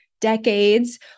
decades